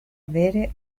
avere